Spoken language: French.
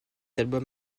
album